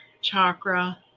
Chakra